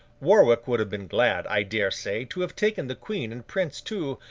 warwick would have been glad, i dare say, to have taken the queen and prince too,